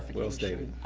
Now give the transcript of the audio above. well stated.